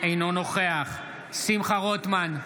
אינו נוכח שמחה רוטמן,